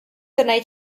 tornei